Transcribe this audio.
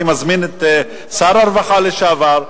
אני מזמין את שר הרווחה לשעבר.